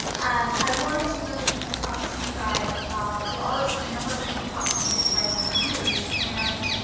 um i wanted to really kind of talk to you guys about, there are a number of different platforms that you guys can use. and